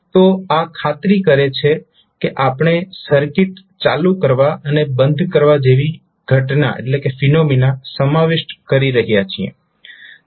તો આ ખાતરી કરે છે કે આપણે સર્કિટ ચાલુ કરવા અને બંધ કરવા જેવી ઘટના સમાવિષ્ટ કરી રહ્યા છીએ